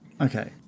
Okay